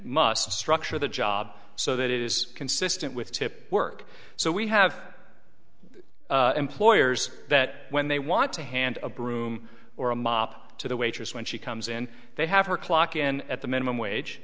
muscle structure the job so that it is consistent with tip work so we have employers that when they want to hand a broom or a mop to the waitress when she comes in they have her clock in at the minimum wage